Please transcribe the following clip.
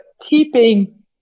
keeping